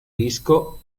disco